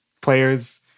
players